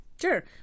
sure